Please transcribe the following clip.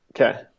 Okay